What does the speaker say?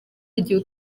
igihe